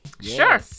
Sure